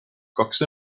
kaks